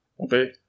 Okay